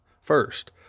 first